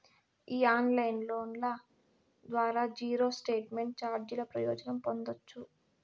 ఈ ఆన్లైన్ లోన్ల ద్వారా జీరో స్టేట్మెంట్ చార్జీల ప్రయోజనం పొందచ్చు